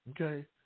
Okay